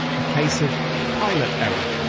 a case of pilot error.